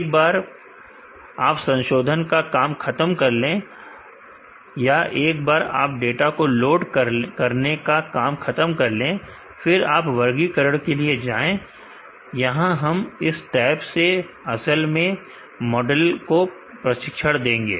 एक बार आप संशोधन का काम खत्म कर ले या एक बार आप डाटा को लोड करने का काम खत्म कर ले फिर आप वर्गीकरण के लिए जाएं यहां हम इस टैब में असल में मॉडल को प्रशिक्षण देंगे